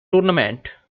tournament